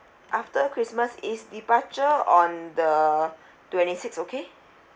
after christmas is departure on the twenty-sixth okay